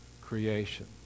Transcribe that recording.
creation